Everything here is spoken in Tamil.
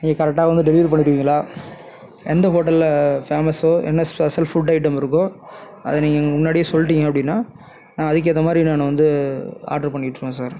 நீங்கள் கரெக்டாக வந்து டெலிவரி பண்ணிடுவீங்களா எந்த ஹோட்டல்ல ஃபேமஸ்ஸோ என்ன ஸ்பெஷல் ஃபுட் ஐட்டம் இருக்கோ அது நீங்கள் முன்னாடியே சொல்லிட்டிங்க அப்படின்னா நான் அதுக்கு ஏற்ற மாதிரி நான் வந்து ஆட்ரு பண்ணி விட்டிருவேன் சார்